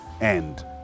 end